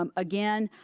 um again,